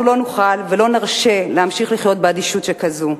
אנחנו לא נוכל ולא נרשה להמשיך לחיות באדישות שכזו.